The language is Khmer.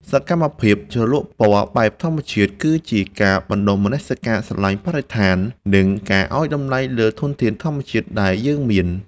សកម្មភាពជ្រលក់ពណ៌បែបធម្មជាតិគឺជាការបណ្ដុះមនសិការស្រឡាញ់បរិស្ថាន និង ការឱ្យតម្លៃលើធនធានធម្មជាតិដែលយើងមាន។